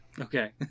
Okay